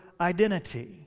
identity